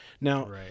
Now